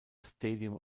stadium